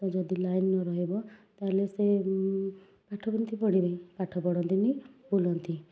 ତ ଯଦି ଲାଇନ୍ ନ ରହିବ ତା'ହେଲେ ସେ ପାଠ କେମିତି ପଢ଼ିବେ ପାଠ ପଢ଼ନ୍ତିନି ବୁଲନ୍ତି